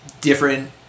different